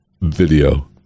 video